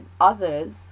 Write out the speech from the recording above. others